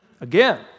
again